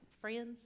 friends